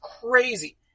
crazy